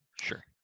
Sure